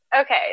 okay